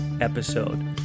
episode